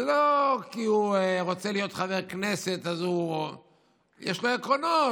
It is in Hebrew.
ולא כי הוא רוצה להיות חבר כנסת אז יש לו עקרונות.